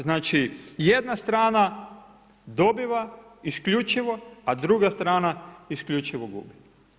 Znači jedna strana dobiva isključivo a druga strana isključivo gubi.